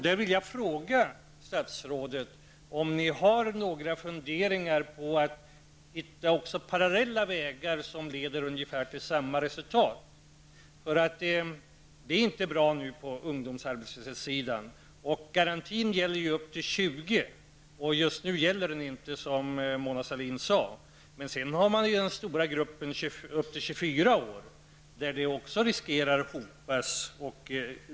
Jag vill fråga statsrådet om regeringen har några funderingar på att hitta också parallella vägar som leder ungefär till samma resultat. Det är inte bra med ungdomsarbetslösheten. Garantin gäller ju för ungdomar upp till 20 år, och just nu gäller den inte, som Mona Sahlin sade. Men sedan finns den stora gruppen ungdomar upp till 24 år, där vi också riskerar en anhopning.